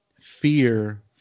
fear